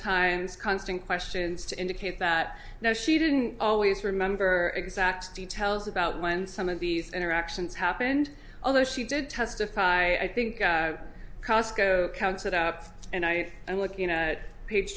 times constant questions to indicate that no she didn't always remember exact details about when some of these interactions happened although she did testify i think costco counts that out and i am looking at page